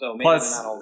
Plus